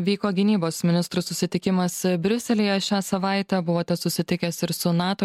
vyko gynybos ministrų susitikimas briuselyje šią savaitę buvote susitikęs ir su nato